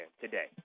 today